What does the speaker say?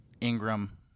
Ingram